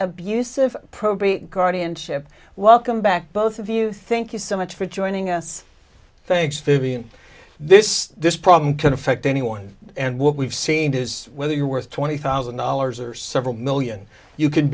abusive probate guardianship welcome back both of you think you so much for joining us thanks for being this this problem can affect anyone and what we've seen is whether you're worth twenty thousand dollars or several million you c